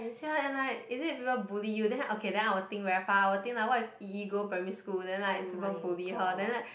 ya and like is it people bully you then okay then I will think very far I will think like what if yi-yi go Primary school then like people bully her then like